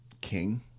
king